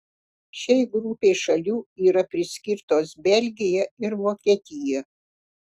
šiai grupei šalių yra priskirtos belgija ir vokietija